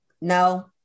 no